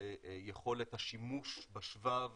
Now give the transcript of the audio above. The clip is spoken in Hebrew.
ויכולת השימוש בשבב